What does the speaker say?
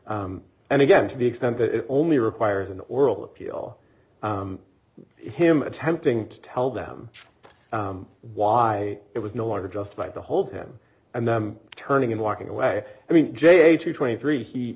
and again to the extent that it only requires an oral appeal him attempting to tell them why it was no longer just like to hold him and then turning and walking away i mean j g twenty three he